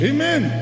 Amen